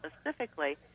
specifically